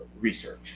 research